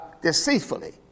deceitfully